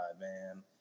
man